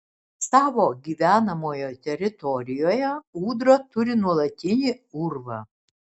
savo gyvenamojoje teritorijoje ūdra turi nuolatinį urvą